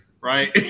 right